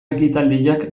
ekitaldiak